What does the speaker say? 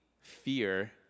fear